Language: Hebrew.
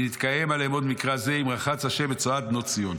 ונתקיים עליהם עוד מקרא זה: 'אם רחץ ה' את צאת בנות ציון'.